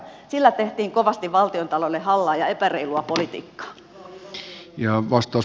sillä tehtiin kovasti valtiontaloudelle hallaa ja epäreilua politiikkaa